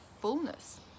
fullness